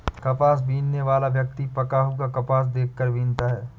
कपास बीनने वाला व्यक्ति पका हुआ कपास देख कर बीनता है